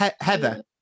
Heather